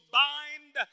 bind